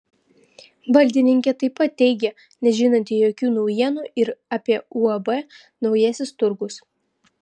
valdininkė taip pat teigė nežinanti jokių naujienų ir apie uab naujasis turgus